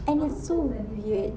and it's so big